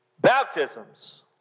Baptisms